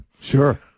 Sure